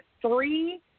three